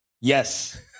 Yes